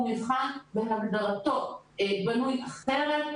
הוא מבחן בהגדרתו בנוי אחרת,